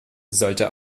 sollte